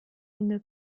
une